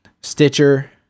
Stitcher